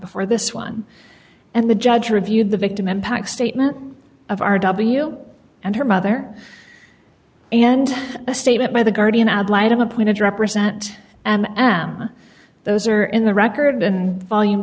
before this one and the judge reviewed the victim impact statement of r w and her mother and a statement by the guardian ad litum appointed to represent and i am those are in the record and volume